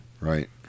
Right